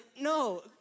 no